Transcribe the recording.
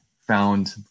found